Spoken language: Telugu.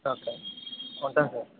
ఓకే అండి ఉంటాను సార్